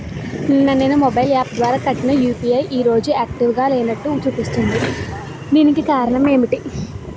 నిన్న నేను mobile app ద్వారా కట్టిన యు.పి.ఐ ఈ రోజు యాక్టివ్ గా లేనట్టు చూపిస్తుంది దీనికి కారణం ఏమిటి?